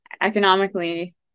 economically